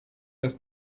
das